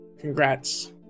Congrats